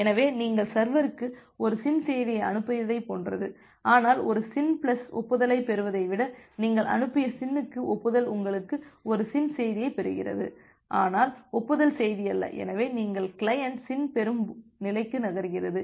எனவே நீங்கள் சர்வருக்கு ஒரு SYN செய்தியை அனுப்பியதைப் போன்றது ஆனால் ஒரு SYN பிளஸ் ஒப்புதலைப் பெறுவதை விட நீங்கள் அனுப்பிய SYN க்கு ஒப்புதல் உங்களுக்கு ஒரு SYN செய்தியைப் பெறுகிறது ஆனால் ஒப்புதல் செய்தி அல்ல எனவே நீங்கள் கிளையன்ட் SYN பெறும் நிலைக்கு நகர்கிறது